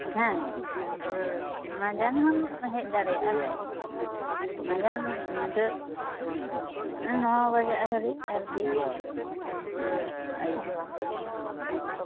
ᱦᱮᱸ ᱢᱟᱡᱟᱱ ᱦᱚᱢ ᱦᱮᱡ ᱫᱟᱲᱮᱭᱟᱜᱼᱟ ᱢᱟᱡᱟᱱ ᱧᱤᱫᱟ ᱱᱚ ᱵᱟᱡᱟᱜ ᱦᱟ ᱵᱤᱡ ᱟᱨᱠᱤ ᱟᱭᱩᱵ ᱫᱚ